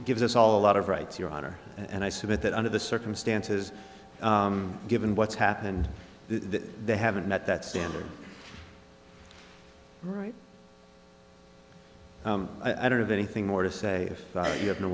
gives us all a lot of rights your honor and i submit that under the circumstances given what's happened that they haven't met that standard right i don't have anything more to say but you have no